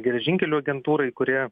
geležinkelių agentūrai kurie